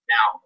Now